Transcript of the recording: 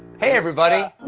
hey everybody,